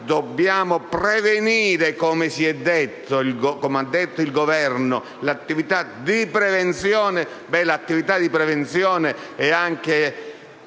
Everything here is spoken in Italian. dobbiamo prevenire come ha evidenziato il Governo, l'attività di prevenzione è anche